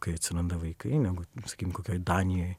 kai atsiranda vaikai negu sakykim kokioj danijoj